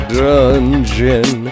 dungeon